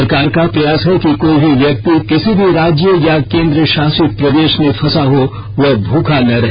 सरकार का प्रयास है कि कोई भी व्यक्ति किसी भी राज्य या केंद्र शासित प्रदेश में फंसा हो वह भूखा न रहे